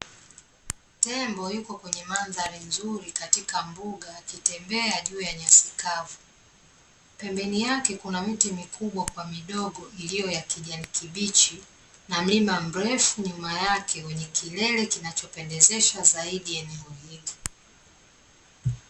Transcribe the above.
Tembo yupo kwenye mandhari nzuri katika mbuga akitembea juu ya nyasi kavu, pembeni yake kuna miti mikubwa kwa midogo iliyo ya kijani kibichi na mlima mrefu nyuma yake wenye kilele kinachopendezesha zaidi eneo hili.